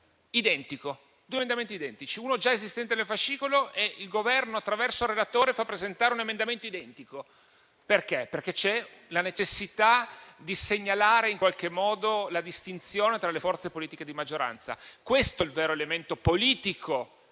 identico (due emendamenti identici, quindi: uno è già esistente nel fascicolo e il Governo, attraverso il relatore, ne fa presentare un altro identico). Perché? Perché c’è la necessità di segnalare la distinzione tra le forze politiche di maggioranza. Questo è il vero elemento politico